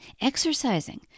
exercising